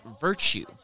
virtue